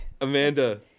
amanda